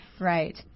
Right